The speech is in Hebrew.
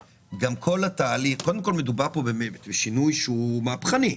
מדובר פה בשינוי שהוא מהפכני.